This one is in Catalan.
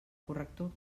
corrector